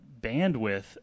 bandwidth